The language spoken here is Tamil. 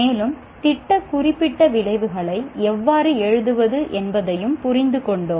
மேலும் திட்ட குறிப்பிட்ட விளைவுகளை எவ்வாறு எழுதுவது என்பதையும் புரிந்துகொண்டோம்